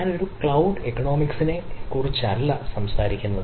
ഞാൻ ഒരു ക്ലൌഡ് ഇക്കണോമിക്സിനെക്കുറിച്ചല്ല സംസാരിക്കുന്നത്